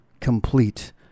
complete